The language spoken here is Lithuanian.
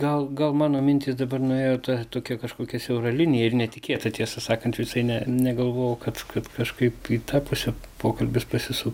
gal gal mano mintys dabar nuėjo ta tokia kažkokia siaura linija ir netikėta tiesą sakant visai ne negalvojau kad kaip kažkaip į tą pusę pokalbis pasisuks